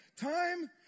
time